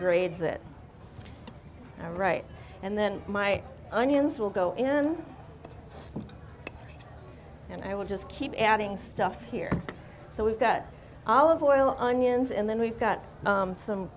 degrades it right and then my onions will go in and i will just keep adding stuff here so we've got olive oil onions and then we've got some